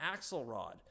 Axelrod